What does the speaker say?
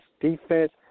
defense